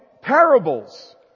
parables